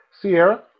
Sierra